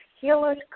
healers